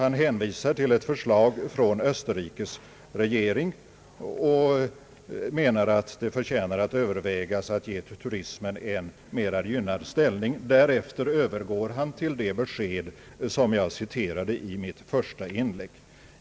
Han hänvisar till ett förslag från Österrikes regering och menar att det förtjänar övervägas att ge turismen en mera gynnad ställning. Därefter övergår herr Kristensen till det besked som jag citerade i mitt första inlägg.